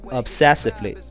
obsessively